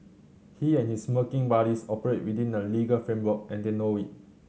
he and his smirking buddies operate within the legal framework and they know it